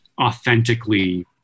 authentically